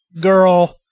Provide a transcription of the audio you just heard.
girl